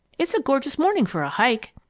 it's a gorgeous morning for a hike!